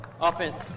Offense